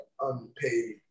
unpaid